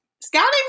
scouting